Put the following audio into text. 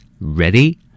Ready